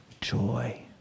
Joy